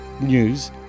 news